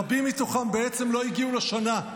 רבים מתוכם בעצם לא הגיעו לשנה,